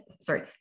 sorry